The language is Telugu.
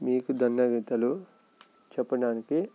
మీకు ధన్యవాదాలు చెప్పడానికి